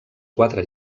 quatre